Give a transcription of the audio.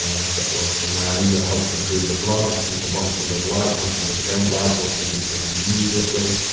um i've got one somewhere, i need your help to improve the blog asking for one thing they like, one thing they don't like, one thing they'd change immediately.